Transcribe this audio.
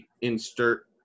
insert